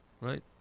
Right